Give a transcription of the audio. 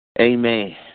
amen